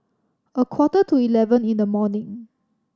a quarter to eleven in the morning